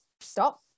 stop